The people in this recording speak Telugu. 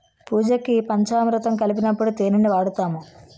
పూజకి పంచామురుతం కలిపినప్పుడు తేనిని వాడుతాము